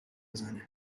بزنه